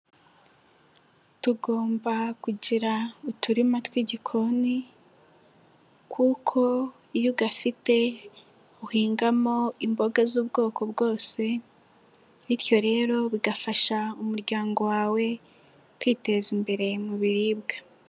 Tugomba kugira uturima tw'igikoni, kuko iyo ugafite uhingamo imboga z'ubwoko bwose, bityo rero bigafasha umuryango wawe kwiteza imbere mu biribwa.